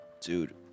Dude